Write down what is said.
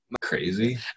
crazy